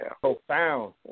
profound